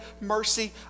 mercy